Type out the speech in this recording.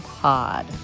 pod